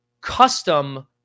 custom